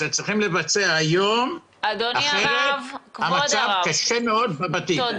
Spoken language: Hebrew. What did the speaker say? צריכים לבצע היום אחרת המצב קשה מאוד בבתים.